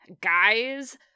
guys